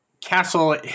castle